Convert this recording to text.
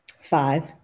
Five